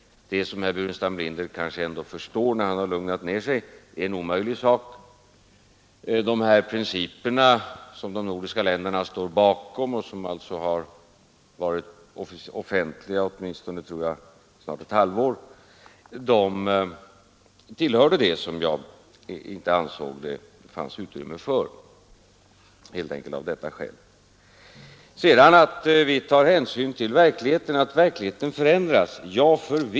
Det är, som herr Burenstam Linder kanske ändå förstår när han har lugnat ned sig, en omöjlig sak. De här principerna som de nordiska länderna står bakom och som alltså har varit offentliga, tror jag, snart ett halvår, tillhörde det som jag inte ansåg att det fanns utrymme för, helt enkelt av detta skäl. Sedan tar vi förvisso hänsyn till att verkligheten förändras.